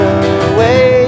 away